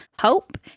Hope